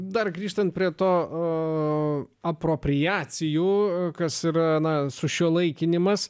dar grįžtant prie to apropriacijos kas yra na sušiuolaikinimas